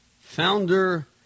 founder